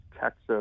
Texas